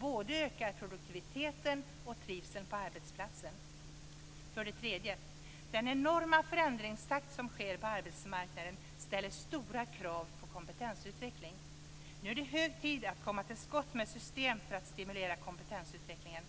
både ökar produktiviteten och trivseln på arbetsplatsen. För det tredje: Den enorma förändringstakten på arbetsmarknaden ställer stora krav på kompetensutveckling. Nu är det hög tid att komma till skott med system för att stimulera kompetensutvecklingen.